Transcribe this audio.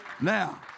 Now